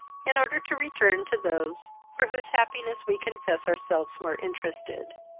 in order to return to those for whose happiness we confess ourselves more interested.